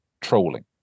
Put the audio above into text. trolling